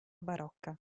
barocca